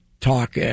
talk